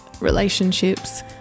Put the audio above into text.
relationships